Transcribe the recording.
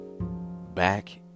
back